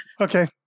Okay